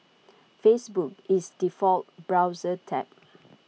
Facebook is default browser tab